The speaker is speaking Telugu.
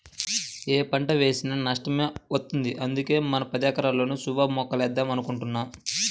యే పంట వేసినా నష్టమే వత్తంది, అందుకే మన పదెకరాల్లోనూ సుబాబుల్ మొక్కలేద్దాం అనుకుంటున్నా